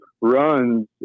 runs